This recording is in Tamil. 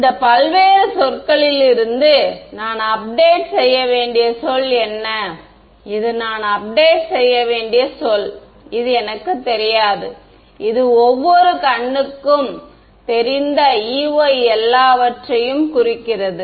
இந்த பல்வேறு சொற்களிலிருந்து நான் அப்டேட் வேண்டிய சொல் என்ன இது நான் அப்டேட் செய்ய வேண்டிய சொல் இது எனக்குத் தெரியாது இது எனக்குத் தெரிந்த Ey எல்லாவற்றையும் குறிக்கிறது